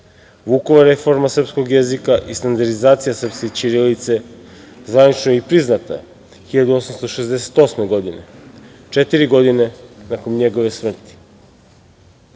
Vukova reforma srpskog jezika i standardizacija srpske ćirilice zvanično i priznata 1868. godine, četiri godine nakon njegove smrti. Kada